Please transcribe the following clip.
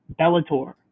Bellator